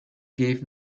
gave